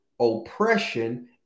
oppression